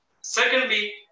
Secondly